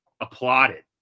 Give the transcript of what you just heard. applauded